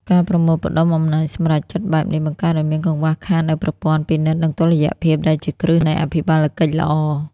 ការប្រមូលផ្ដុំអំណាចសម្រេចចិត្តបែបនេះ បង្កើតឱ្យមានកង្វះខាតនូវប្រព័ន្ធ "ពិនិត្យ និងតុល្យភាព" ដែលជាគ្រឹះនៃអភិបាលកិច្ចល្អ។